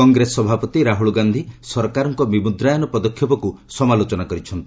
କଂଗ୍ରେସ ସଭାପତି ରାହୁଳ ଗାନ୍ଧି ସରକାରଙ୍କ ବିମୁଦ୍ରାୟନ ପଦକ୍ଷେପକୁ ସମାଲୋଚନା କରିଛନ୍ତି